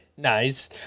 Nice